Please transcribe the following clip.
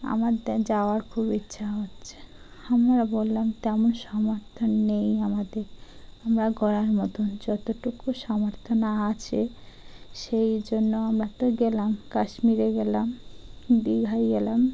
আমাদের যাওয়ার খুব ইচ্ছা হচ্ছে আমরা বললাম তেমন সমর্থন নেই আমাদের আমরা গড়ার মতন যতটুকু সমর্থন আছে সেই জন্য আমরা তো গেলাম কাশ্মীরে গেলাম দীঘায় গেলাম